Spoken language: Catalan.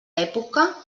època